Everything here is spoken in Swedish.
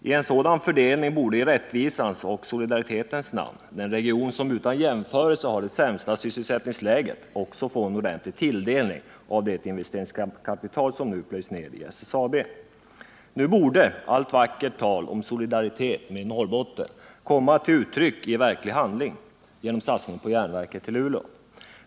Vid en sådan fördelning borde i rättvisans och solidaritetens namn den region som utan jämförelse har det sämsta sysselsättningsläget också få en ordentlig tilldelning av det investeringskapital som nu skall plöjas ner i SSAB. Nu borde allt vackert tal om solidaritet med Norrbotten komma till uttryck i verklig handling genom satsning på järnverket i Luleå.